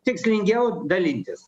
tikslingiau dalintis